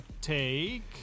take